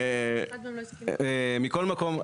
מכל מקום,